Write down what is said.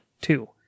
two